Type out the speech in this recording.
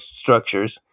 structures